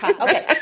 Okay